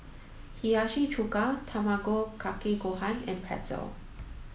Hiyashi Chuka Tamago Kake Gohan and Pretzel